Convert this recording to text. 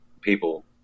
people